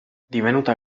divenuta